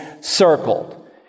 circled